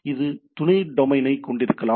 இது துணை டொமைனைக் கொண்டிருக்கலாம்